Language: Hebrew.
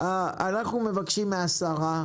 אנחנו מבקשים מהשרה,